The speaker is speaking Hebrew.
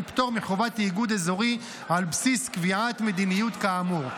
פטור מחובת תאגוד אזורי על בסיס קביעת מדיניות כאמור.